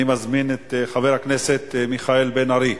אני מזמין את חבר הכנסת מיכאל בן-ארי.